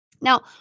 Now